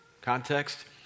Context